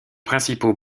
principaux